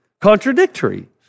contradictory